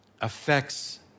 affects